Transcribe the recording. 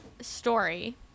story